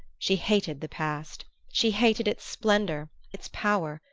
she hated the past she hated its splendor, its power,